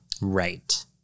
Right